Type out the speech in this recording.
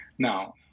Now